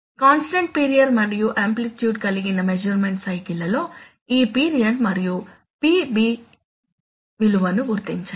constant period మరియు amplitude కలిగిన measurement cycle లలో ఈ పీరియడ్ T మరియు PB విలువను గుర్తించండి